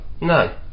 No